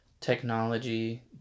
technology